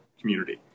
community